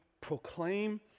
proclaim